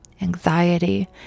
anxiety